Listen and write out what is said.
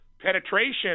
penetration